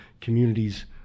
communities